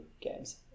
games